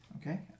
okay